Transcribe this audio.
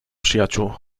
przyjaciół